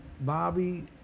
Bobby